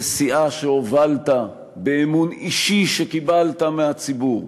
בסיעה שהובלת, באמון אישי שקיבלת מהציבור,